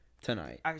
tonight